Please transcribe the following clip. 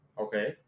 okay